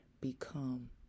become